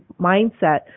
mindset